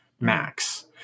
Max